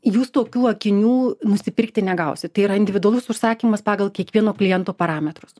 jūs tokių akinių nusipirkti negausit tai yra individualus užsakymas pagal kiekvieno kliento parametrus